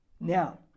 Now